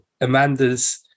amanda's